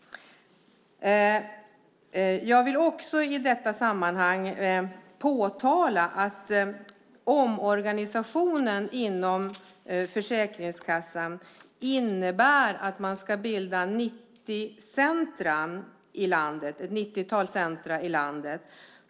Jag vill också i detta sammanhang påtala att omorganisationen inom Försäkringskassan innebär att man ska bilda ett nittiotal centrum i landet.